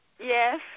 Yes